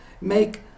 make